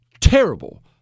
terrible